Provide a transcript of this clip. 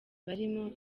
barimo